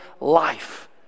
life